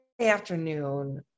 afternoon